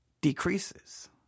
decreases